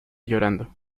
llorando